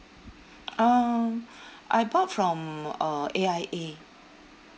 um I bought from uh A_I_A